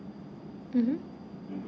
mmhmm